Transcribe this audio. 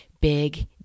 big